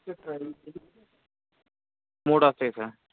మూడు వస్తాయ్ సార్